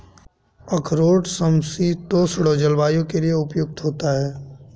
अखरोट समशीतोष्ण जलवायु के लिए उपयुक्त होता है